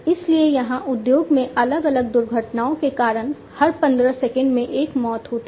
इसलिए यहां उद्योग में अलग अलग दुर्घटनाओं के कारण हर 15 सेकंड में एक मौत होती है